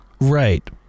right